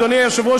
אדוני היושב-ראש,